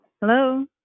Hello